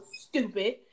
stupid